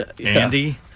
Andy